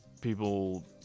people